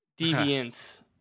Deviance